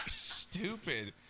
Stupid